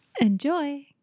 Enjoy